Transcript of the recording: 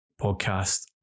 podcast